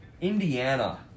Indiana